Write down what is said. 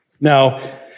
Now